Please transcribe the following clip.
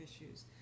issues